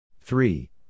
three